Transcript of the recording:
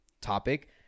topic